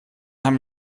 haben